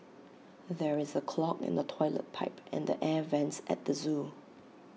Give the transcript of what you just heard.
there is A clog in the Toilet Pipe and the air Vents at the Zoo